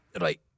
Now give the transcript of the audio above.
Right